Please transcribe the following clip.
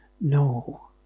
No